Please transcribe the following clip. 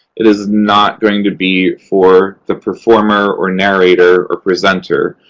it is not going to be for the performer or narrator or presenter,